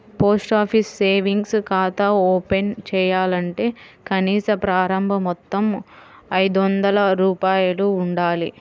post office savings ఖాతా open చేయాలంటే కనీస ప్రారంభ మొత్తం ఐదొందల రూపాయలు ఉండాలి